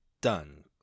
done